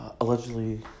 allegedly